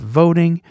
voting